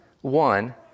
One